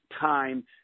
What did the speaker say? time